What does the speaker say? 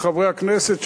לחברי הכנסת,